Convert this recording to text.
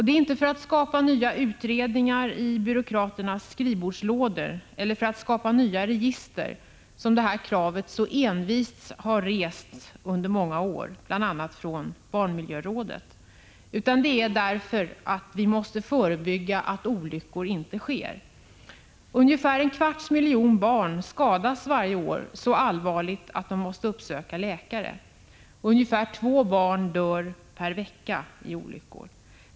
Det är inte för att skapa nya utredningar i byråkraternas skrivbordslådor eller för att skapa nya register som detta krav så envist har rests under många år, bl.a. från barnmiljörådet, utan det är därför att vi måste förebygga att olyckor sker. Ungefär en kvarts miljon barn skadas varje år så allvarligt att de måste uppsöka läkare. Ungefär två barn per vecka dör vid olyckor.